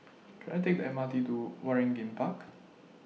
Can I Take The M R T to Waringin Park